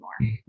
more